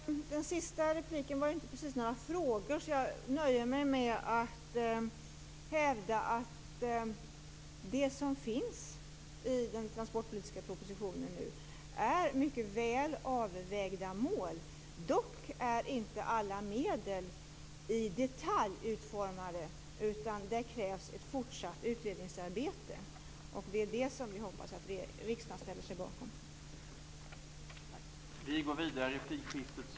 Herr talman! Den sista repliken innehöll inte några frågor. Jag nöjer mig därför med att hävda att de mål som nu finns i den transportpolitiska propositionen är mycket väl avvägda. Dock är inte alla medel i detalj utformade, utan för detta krävs ett fortsatt utredningsarbete. Vi hoppas att riksdagen skall ställa sig bakom det.